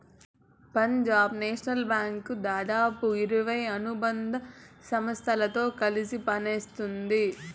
Punjab national bank దాదాపు ఇరవై అనుబంధ సంస్థలతో కలిసి పనిత్తోంది